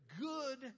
Good